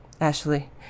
Ashley